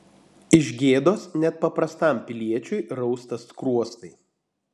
iš gėdos net paprastam piliečiui rausta skruostai